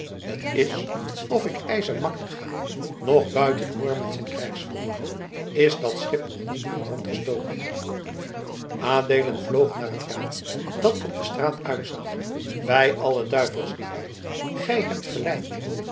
t is of ik eise makkinga nog buiten hoor met zijn krijgsvolk is dat schip nog niet in brand gestoken adeelen vloog naar het raam dat op de straat uitzag bij alle duivels riep hij gij hebt gelijk